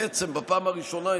בעצם בפעם הראשונה,